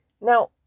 Now